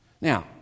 Now